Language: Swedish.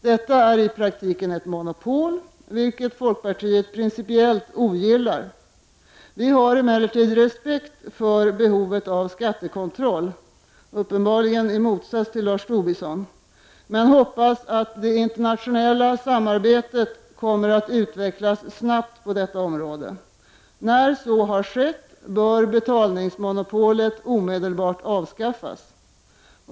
Detta är i praktiken ett monopol, vilket folkpartiet ogillar. Vi har emellertid respekt för behovet av skattekontroll — uppenbarligen i motsats till Lars Tobisson — men hoppas att det internationella samarbetet kommer att utvecklas snabbt på detta område. När så har skett bör betalningsmonopolet omedelbart avskaffas.